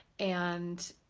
and